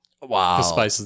Wow